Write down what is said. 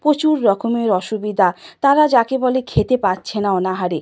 প্রচুর রকমের অসুবিধা তারা যাকে বলে খেতে পাচ্ছে না অনাহারে